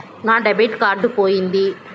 నా debit card పోయింది